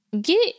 get